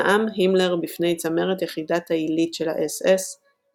נאם הימלר בפני צמרת יחידת העילית של הס"ס,